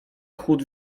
chłód